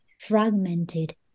fragmented